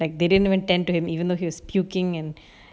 like they didn't even tend to him even though he was puking and